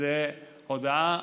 זו הודעה